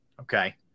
okay